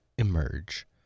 emerge